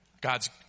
God's